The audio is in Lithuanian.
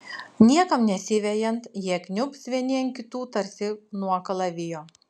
niekam nesivejant jie kniubs vieni ant kitų tarsi nuo kalavijo